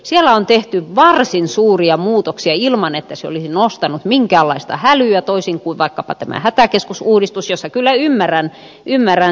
siellä on tehty varsin suuria muutoksia ilman että se olisi nostanut minkäänlaista hälyä toisin kuin vaikkapa tämä hätäkeskusuudistus jossa kyllä ymmärrän